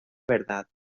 verdad